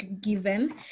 given